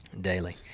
Daily